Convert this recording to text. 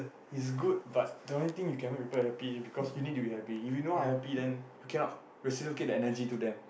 it's good but the only thing you cannot make people happy because you need to be happy if you not happy then you cannot reciprocate the energy to them